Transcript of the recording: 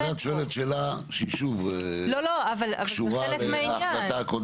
זה את שואלת שאלה שהיא שוב קשורה להחלטה הקודמת,